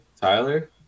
Tyler